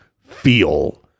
feel